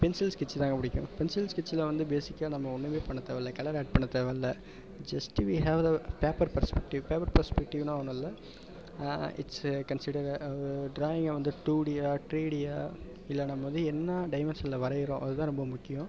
pencil sketch தான்ங்க பிடிக்கும் pencil ஸ்கெட்ச்சில் வந்து பேசிக்காக நம்ம ஒன்றுமே பண்ணத் தேவயில்ல கலர் அட் பண்ணத் தேவயில்ல just we have the paper perspective paper பெர்ஸ்பெக்ட்டிவ்னா ஒன்றும் இல்லை இட்ஸ் எ கன்சிடர் எ ட்ராயிங்கை வந்து டூ டியா த்ரீ டியா இல்லைன்னா மொதல் என்ன டைமென்ஷனில் வரைகிறோம் அது தான் ரொம்ப முக்கியம்